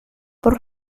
por